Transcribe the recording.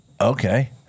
Okay